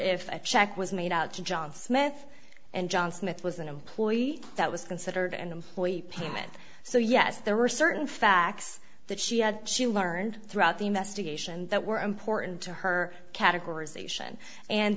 if a check was made out to john smith and john smith was an employee that was considered an employee payment so yes there were certain facts that she had she learned throughout the investigation that were important to her categorization and